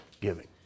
giving